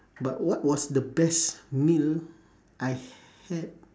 but what was the best meal I had